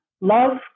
Love